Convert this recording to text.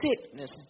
sickness